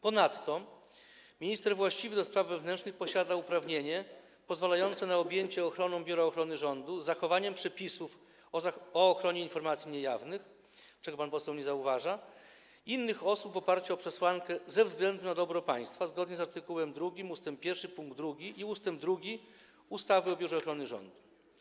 Ponadto minister właściwy do spraw wewnętrznych posiada uprawnienie pozwalające na objęcie ochroną Biura Ochrony Rządu, z zachowaniem przepisów o ochronie informacji niejawnych - czego pan poseł nie zauważa - innych osób w oparciu o przesłankę: ze względu na dobro państwa, zgodnie z art. 2 ust. 1 pkt 2 i ust. 2 ustawy o Biurze Ochrony Rządu.